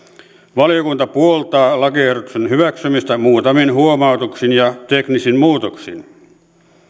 valiokunta puoltaa lakiehdotuksen hyväksymistä muutamin huomautuksin ja teknisin muutoksin